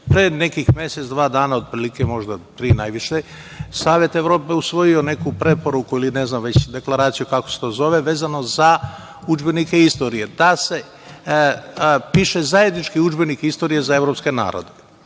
nekih mesec, dva dana otprilike, možda tri najviše Savet Evrope je usvojio neku preporuku ili ne znam već deklaraciju kako se to zove, vezano za udžbenike istorije, da se piše zajednički udžbenik istorije za evropske narode.